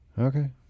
Okay